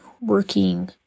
working